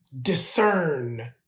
discern